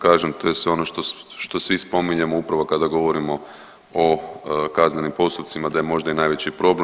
Kažem to je sve ono što svi spominjemo upravo kada govorimo o kaznenim postupcima da je možda i najveći problem.